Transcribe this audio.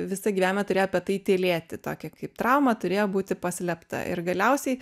visą gyvenimą turėjo apie tai tylėti tokią kaip traumą turėjo būti paslėpta ir galiausiai